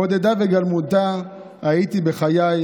בודדה וגלמודה הייתי בחיי,